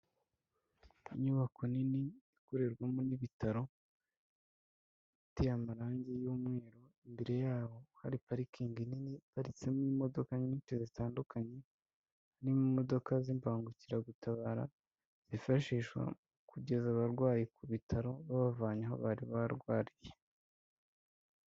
Inyubako nini ikorerwamo n'ibitaro, iteye amarangi y'umweru, imbere yaho hari parikingi nini iparitsemo imodoka nyinshi zitandukanye n'imodoka z'imbangukiragutabara zifashishwa mu kugeza abarwayi ku bitaro babavanye aho bari barwariye.